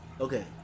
Okay